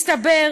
מסתבר